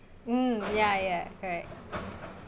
mm ya ya correct